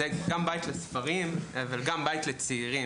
מכיוון שזה גם בית לספרים אבל גם בית לצעירים.